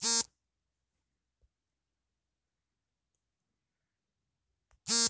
ಸಾವಿರದ ಒಂಬೈನೂರ ಎಪ್ಪತಾರರಲ್ಲಿ ಫೈನಾನ್ಸಿಯಲ್ ಅಕೌಂಟಿಂಗ್ ಸ್ಟ್ಯಾಂಡರ್ಡ್ ಬೋರ್ಡ್ನ ಸ್ಥಾಪಿಸಲಾಯಿತು